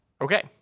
Okay